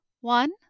One